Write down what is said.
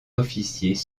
officiers